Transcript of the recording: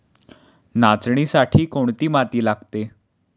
नाचणीसाठी कोणती माती लागते?